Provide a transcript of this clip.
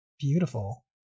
Beautiful